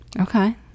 Okay